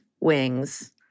wings